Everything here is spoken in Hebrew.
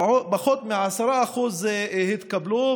פחות מ-10% התקבלו,